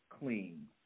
clean